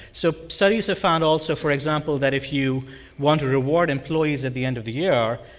so studies have found also, for example, that if you want to reward employees at the end of the year,